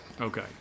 Okay